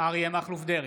אריה מכלוף דרעי,